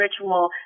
ritual